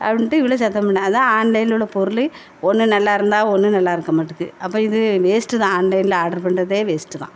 அப்படின்ட்டு இவளை சத்தம் போட்டேன் அதுதான் ஆன்லைனில் உள்ள பொருள் ஒன்று நல்லாயிருந்தா ஒன்று நல்லாயிருக்கமாட்டுக்கு அப்போ இது வேஸ்ட்டு தான் ஆன்லைனில் ஆர்ட்ரு பண்ணுறதே வேஸ்ட்டு தான்